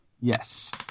Yes